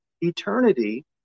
eternity